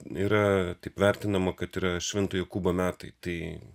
yra taip vertinama kad yra švento jokūbo metai tai